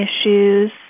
issues